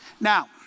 Now